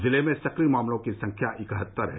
जिले में सक्रिय मामलों की संख्या इकहत्तर है